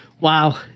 wow